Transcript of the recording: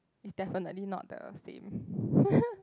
is definitely not the same